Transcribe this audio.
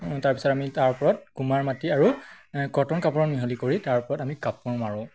তাৰপিছত আমি তাৰ ওপৰত কুমাৰ মাটি আৰু কটন কাপোৰৰ মিহলি কৰি তাৰ ওপৰত আমি কাপোৰ মাৰোঁ